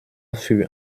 für